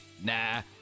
Nah